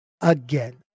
again